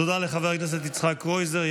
תודה לחבר הכנסת יצחק קרויזר.